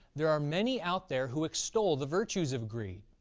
there are many out there who extol the virtues of greed.